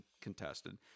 contested